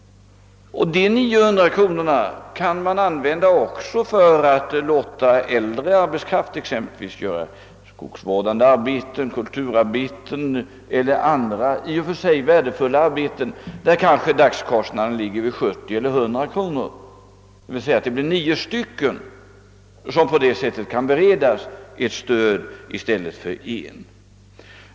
De 900 kronorna kan man också använda för att låta äldre arbetskraft exempelvis utföra skogsvårdande arbeten, kulturarbeten eller andra i och för sig värdefulla uppgifter, där dagskostnaden kanske ligger vid 70 eller 100 kronor. Låt oss säga att det blir nio personer, som på det sättet kan beredas ett stöd, i stället för en.